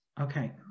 Okay